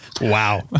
Wow